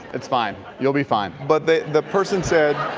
that's fine. you'll be fine. but the the person said